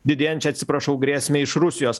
didėjančią atsiprašau grėsmę iš rusijos